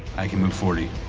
i can move forty.